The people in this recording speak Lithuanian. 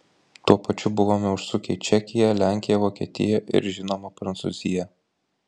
tuo pačiu buvome užsukę į čekiją lenkiją vokietiją ir žinoma prancūziją